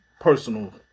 personal